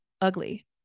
ugly